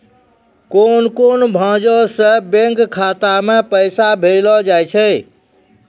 कोन कोन भांजो से बैंक खाता मे पैसा भेजलो जाय छै?